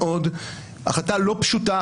החלטה לא פשוטה,